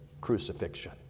crucifixion